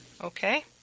Okay